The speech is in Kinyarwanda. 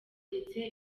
yategetse